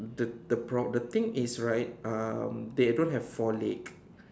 the the pro~ the things is right um they don't have four leg